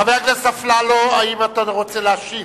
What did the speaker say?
חבר הכנסת אפללו, האם אתה רוצה להשיב?